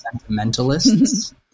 sentimentalists